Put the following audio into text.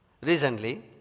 Recently